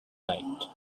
night